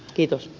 kiitos